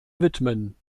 widmen